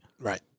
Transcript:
Right